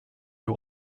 you